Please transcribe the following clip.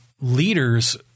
leaders